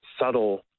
subtle